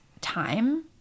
time